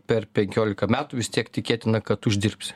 per penkiolika metų vis tiek tikėtina kad uždirbsi